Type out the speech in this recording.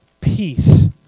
peace